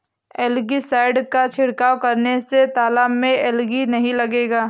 algae side का छिड़काव करने से तालाब में एलगी नहीं लगेगा